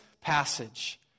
passage